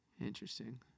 Interesting